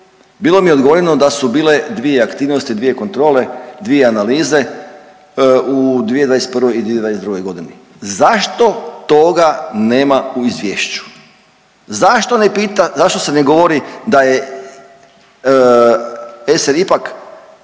bilo mi je odgovoreno da su bile dvije aktivnosti i dvije kontrole i dvije analize u 2021. i 2022.g.. Zašto toga nema u izvješću, zašto ne pita, zašto se ne govori da je ESER ipak